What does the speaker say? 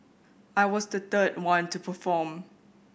I was the third one to perform